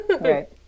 Right